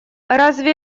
разве